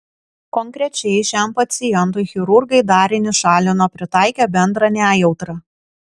konkrečiai šiam pacientui chirurgai darinį šalino pritaikę bendrą nejautrą